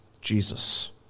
Jesus